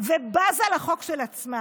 ובזה לחוק של עצמה.